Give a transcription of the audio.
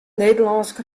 nederlânsk